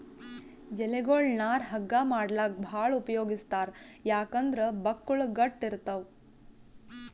ಎಲಿಗೊಳ್ ನಾರ್ ಹಗ್ಗಾ ಮಾಡ್ಲಾಕ್ಕ್ ಭಾಳ್ ಉಪಯೋಗಿಸ್ತಾರ್ ಯಾಕಂದ್ರ್ ಬಕ್ಕುಳ್ ಗಟ್ಟ್ ಇರ್ತವ್